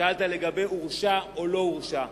שאלת לגבי הורשע או לא הורשע,